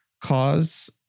cause